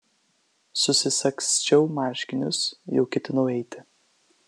susisagsčiau marškinius jau ketinau eiti